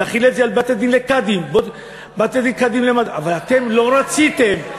נחיל את זה על בתי-הדין, קאדים, אבל אתם לא רציתם.